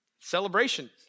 celebration